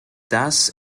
das